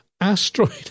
asteroid